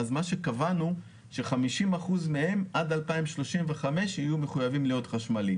מה שקבענו הוא ש-50% מהם עד 2035 יהיו מחויבים להיות חשמליים.